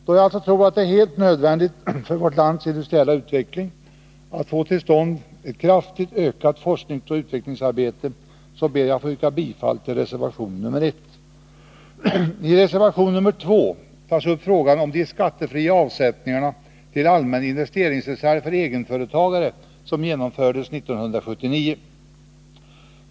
Då jag tror att det är helt nödvändigt för vårt lands industriella utveckling att få till stånd ett kraftigt ökat forskningsoch utvecklingsarbete ber jag att få yrka bifall till reservation nr 1. I reservation nr 2 tas upp frågan om de skattefria avsättningarna till allmän investeringsreserv för egenföretagare som genomfördes 1979.